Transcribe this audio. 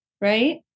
right